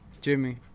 Jimmy